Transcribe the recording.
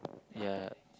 ya